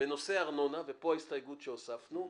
בנושא ארנונה ופה ההסתייגות שהוספנו,